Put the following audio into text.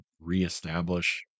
reestablish